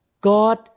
God